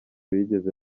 bigeze